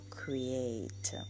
create